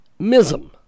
Mism